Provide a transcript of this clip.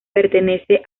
pertenece